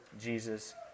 Jesus